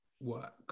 work